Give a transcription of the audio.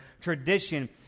tradition